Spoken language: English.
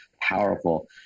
powerful